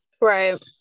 right